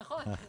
נכון,